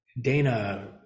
Dana